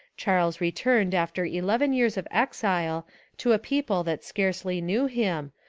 charles re turned after eleven years of exile to a people that scarcely knew him,